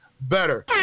better